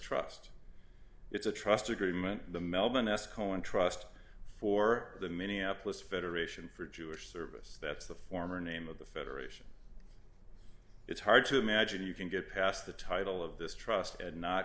trust it's a trust agreement the melbourne esko in trust for the minneapolis federation for jewish service that's the former name of the federation it's hard to imagine you can get past the title of this trust and not